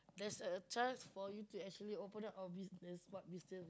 there's a chance for you to actually open up a business what business